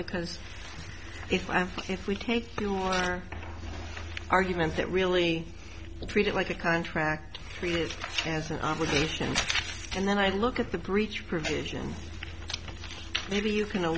because if i if we take your argument that really treat it like a contract treat it as an obligation and then i look at the breach provisions maybe you can